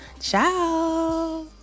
ciao